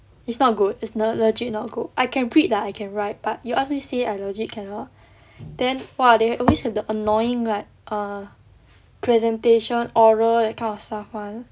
it's not good is legit not good I can read lah I can write but you ask me say I legit cannot then !wah! they always have the annoying like err presentation oral that kind of stuff [one]